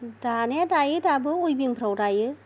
दानाया दायो दाबाबो उवेबिं फ्राव दायो